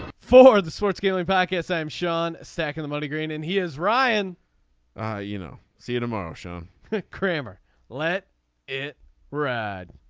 for the sports scaling back. yes i'm sean sack in the money green and he is ryan you know. see you tomorrow sean kramer let it ride.